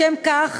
לשם כך,